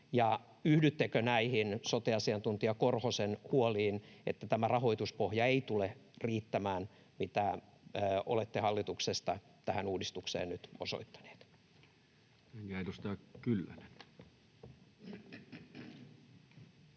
yhdyttekö näihin sote-asiantuntija Korhosen huoliin, että tämä rahoituspohja ei tule riittämään, mitä olette hallituksesta tähän uudistukseen nyt osoittaneet?